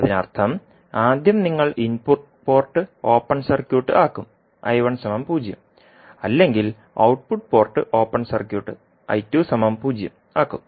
അതിനർത്ഥം ആദ്യം നിങ്ങൾ ഇൻപുട്ട് പോർട്ട് ഓപ്പൺ സർക്യൂട്ട് ആക്കും 0 അല്ലെങ്കിൽ ഔട്ട്പുട്ട് പോർട്ട് ഓപ്പൺ സർക്യൂട്ട് 0 ആക്കും